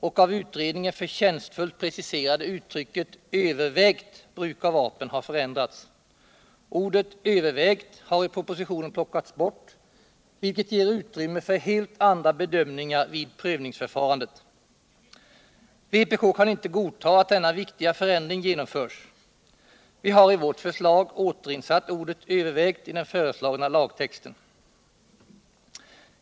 och av utredningen förtjänstfullt preciserade uttrycket ”övervägt bruk av vapen” har förändrats. Ordet ”övervägt” har i propositionen plockats bort, vilket ger utrymme för helt andra bedömningar vid prövningsförfarandet. Vpk kan inte godta att denna viktiga förändring genomförs. Vi har i vårt förslag återinsatt ordet ”övervägt” i den föreslagna lagtexten.